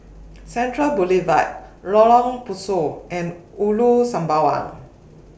Central Boulevard Lorong Pasu and Ulu Sembawang